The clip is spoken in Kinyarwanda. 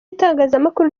itangazamakuru